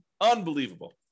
Unbelievable